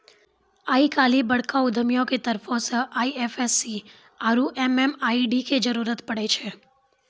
आइ काल्हि बड़का उद्यमियो के तरफो से आई.एफ.एस.सी आरु एम.एम.आई.डी के जरुरत पड़ै छै